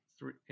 three